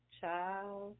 child